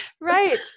right